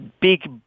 big